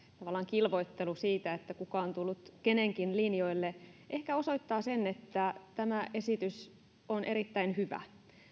tavallaan kilvoittelu siitä kuka on tullut kenenkin linjoille ehkä osoittaa sen että tämä esitys on erittäin hyvä